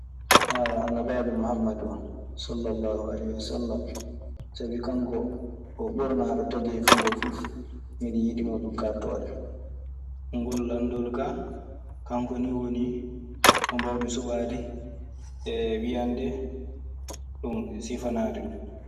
annabaajo Muhammadu oo sallalaahu aleyhi wa sallam. Sabi kanko o ɓurnaaɗo tageefu ngoo fuf, miɗe yiɗi mo duu kaattooɗe. Ngol lanndol kaa, kanko nii woni ko mbaawmi suɓaade e wiyande ɗun, sifanaade ɗun.